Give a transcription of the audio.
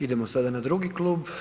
Idemo sada na drugi klub.